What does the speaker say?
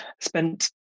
spent